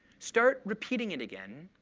start repeating it again,